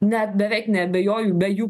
net beveik neabejoju be jų